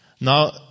Now